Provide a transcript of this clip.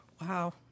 Wow